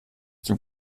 dem